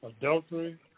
Adultery